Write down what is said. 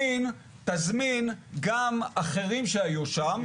תזמין גם אחרים שהיו שם,